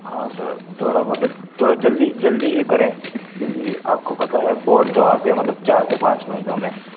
हाँ सर थोड़ा मतलब थोड़ा जल्दी जल्दी ही करें क्योंकि आप को पता है बोर्ड तो आ गए मतलब चार से पाँच महीनों में